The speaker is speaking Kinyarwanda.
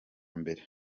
mbere